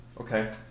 okay